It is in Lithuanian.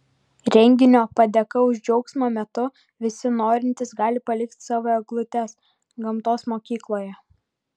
renginio padėka už džiaugsmą metu visi norintys gali palikti savo eglutes gamtos mokykloje